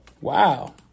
Wow